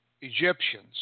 Egyptians